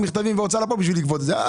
מכתבים והוצאה לפועל בשביל לגבות את המס.